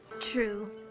True